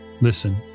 Listen